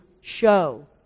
show